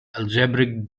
algebraic